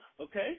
okay